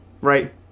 right